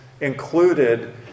included